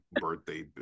birthday